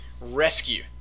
Rescue